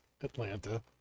Atlanta